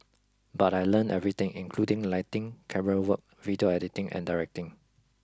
but I learnt everything including lighting camerawork video editing and directing